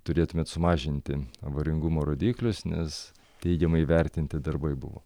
turėtumėt sumažinti avaringumo rodiklius nes teigiamai įvertinti darbai buvo